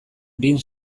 bin